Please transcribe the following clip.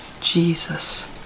Jesus